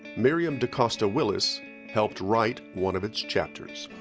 miriam decosta-willis helped write one of its chapters.